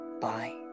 bye